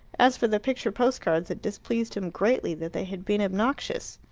as for the picture post-cards, it displeased him greatly that they had been obnoxious.